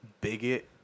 Bigot